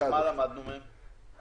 ומה למדנו מהם?